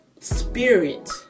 spirit